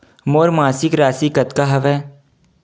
मोर मासिक राशि कतका हवय?